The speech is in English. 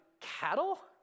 cattle